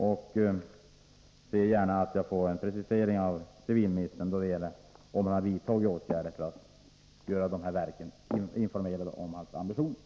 Jag ser gärna att jag får en precisering av civilministern då det gäller frågan om han har vidtagit åtgärder för att informera de aktuella verken om sina ambitioner.